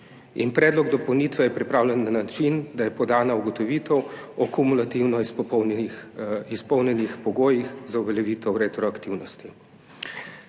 Predlog dopolnitve je pripravljen na način, da je podana ugotovitev o kumulativno izpolnjenih pogojih za uveljavitev retroaktivnosti.